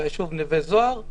ביישוב נווה זוהר,